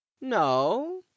no